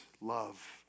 love